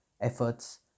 efforts